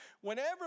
Whenever